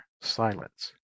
silence